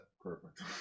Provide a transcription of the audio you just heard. Perfect